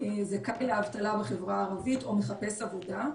זכאי לאבטלה בחברה הערבית או מחפש עבודה,